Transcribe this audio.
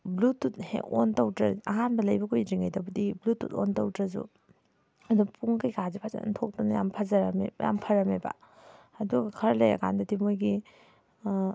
Bluetooth ꯍꯦꯛ on ꯑꯍꯥꯟꯕ ꯂꯩꯕ ꯀꯨꯏꯗ꯭ꯔꯤꯉꯩꯗꯕꯨꯗꯤ ꯕ꯭ꯂꯨꯇꯨꯠ ꯑꯣꯟ ꯇꯧꯗ꯭ꯔꯁꯨ ꯑꯗꯣ ꯄꯨꯡ ꯀꯩꯀꯥꯁꯦ ꯐꯖꯅ ꯊꯣꯛꯇꯅ ꯌꯥꯝꯅ ꯌꯥꯝꯅ ꯐꯔꯝꯃꯦꯕ ꯑꯗꯨꯒ ꯈꯔ ꯂꯩꯔ ꯀꯥꯟꯗꯗꯤ ꯃꯣꯏꯒꯤ